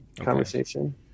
conversation